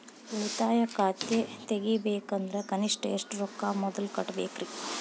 ಉಳಿತಾಯ ಖಾತೆ ತೆಗಿಬೇಕಂದ್ರ ಕನಿಷ್ಟ ಎಷ್ಟು ರೊಕ್ಕ ಮೊದಲ ಕಟ್ಟಬೇಕ್ರಿ?